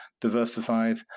diversified